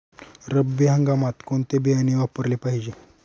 रब्बी हंगामात कोणते बियाणे वापरले पाहिजे?